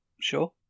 sure